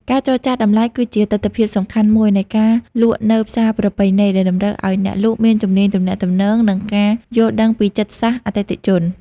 ការចរចាតម្លៃគឺជាទិដ្ឋភាពសំខាន់មួយនៃការលក់នៅផ្សារប្រពៃណី ដែលតម្រូវឱ្យអ្នកលក់មានជំនាញទំនាក់ទំនង និងការយល់ដឹងពីចិត្តសាស្ត្រអតិថិជន។